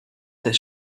this